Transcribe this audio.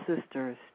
sisters